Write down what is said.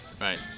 right